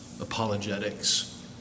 apologetics